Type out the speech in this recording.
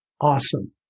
awesome